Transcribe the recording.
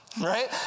right